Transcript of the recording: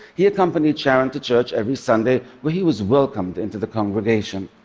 he accompanied sharon to church every sunday, where he was welcomed into the congregation.